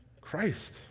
Christ